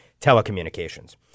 telecommunications